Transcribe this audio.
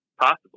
Possible